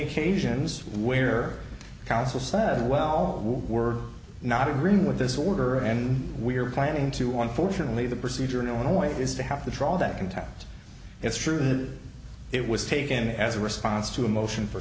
occasions where counsel said well we're not agreeing with this order and we're planning to on fortunately the procedure in illinois is to have to draw that contempt it's true that it was taken as a response to a motion for